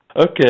okay